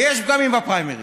ויש פגמים בפריימריז,